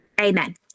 Amen